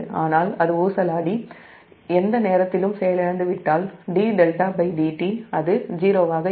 ஆனால் அது ஊசலாடி எந்த நேரத்திலும் செயலிழந்துவிட்டால் dδdt அது '0' ஆக இருக்கும்